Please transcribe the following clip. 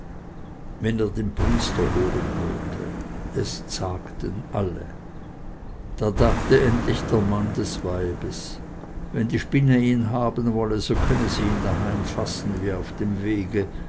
wenn er den priester holen wollte es zagten alle da dachte endlich der mann des weibes wenn die spinne ihn haben wolle so könne sie ihn daheim fassen wie auf dem wege